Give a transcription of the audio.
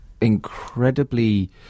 incredibly